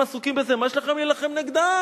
אם עסוקים בזה, מה יש לכם להילחם נגדם?